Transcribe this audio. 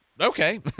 okay